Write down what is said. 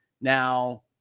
now